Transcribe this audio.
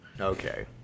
okay